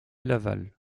laval